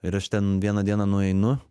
ir aš ten vieną dieną nueinu